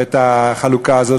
את החלוקה הזאת,